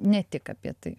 ne tik apie tai